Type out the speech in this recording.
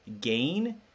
gain